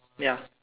ya